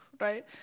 right